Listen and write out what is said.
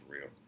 real